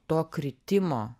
to kritimo